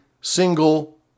single